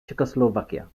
czechoslovakia